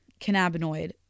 cannabinoid